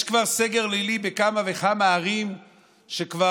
יש כבר סגר לילי בכמה וכמה ערים כבר